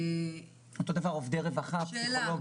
ואותו דבר עובדי רווחה ופסיכולוגים.